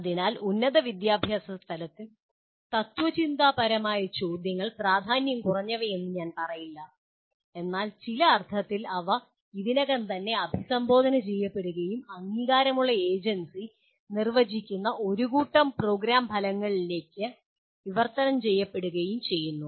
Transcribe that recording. അതിനാൽ ഉന്നത വിദ്യാഭ്യാസ തലത്തിൽ തത്ത്വചിന്താപരമായ ചോദ്യങ്ങൾ പ്രാധാന്യം കുറഞ്ഞവയെന്ന് ഞാൻ പറയില്ല എന്നാൽ ചില അർത്ഥത്തിൽ അവ ഇതിനകം തന്നെ അഭിസംബോധന ചെയ്യപ്പെടുകയും അംഗീകാരമുള്ള ഏജൻസി നിർവചിക്കുന്ന ഒരു കൂട്ടം പ്രോഗ്രാം ഫലങ്ങളിലേക്ക് വിവർത്തനം ചെയ്യപ്പെടുകയും ചെയ്യുന്നു